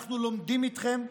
אנחנו לומדים איתכם,